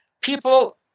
people